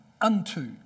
unto